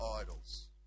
idols